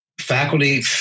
Faculty